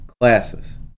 classes